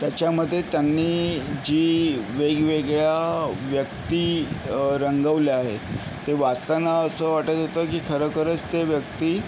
त्याच्यामध्ये त्यांनी जी वेगवेगळ्या व्यक्ती रंगवल्या आहे ते वाचताना असं वाटत होतं की खरोखरच ते व्यक्ती